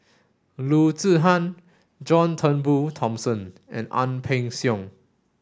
Loo Zihan John Turnbull Thomson and Ang Peng Siong